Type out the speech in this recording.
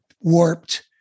warped